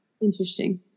Interesting